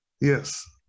yes